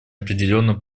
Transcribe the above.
определенно